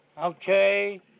Okay